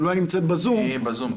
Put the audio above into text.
אבל אולי היא נמצאת בזום --- היא בזום.